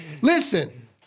Listen